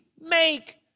make